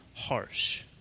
harsh